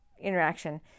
interaction